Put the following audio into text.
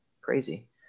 crazy